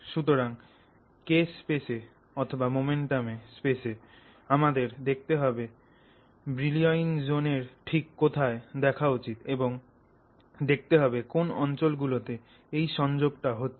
সুতরাং k স্পেসে momentum স্পেসে আমাদের দেখতে হবে Brillouin zone এর ঠিক কোথায় দেখা উচিত এবং দেখতে হবে কোন অঞ্চল গুলোতে এই সংযোগ টা হচ্ছে